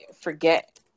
forget